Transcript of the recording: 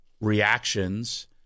reactions